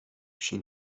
she